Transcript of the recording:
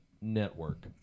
network